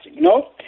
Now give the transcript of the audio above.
No